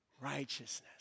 righteousness